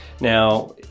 now